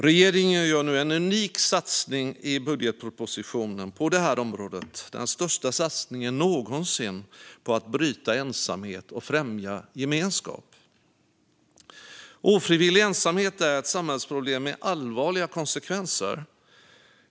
Regeringen gör nu en unik satsning i budgetpropositionen på detta område - den största satsningen någonsin på att bryta ensamhet och främja gemenskap. Ofrivillig ensamhet är ett samhällsproblem med allvarliga konsekvenser.